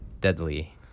deadly